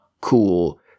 cool